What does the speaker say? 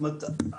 זאת אומרת,